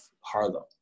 Harlem